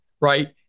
right